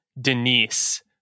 Denise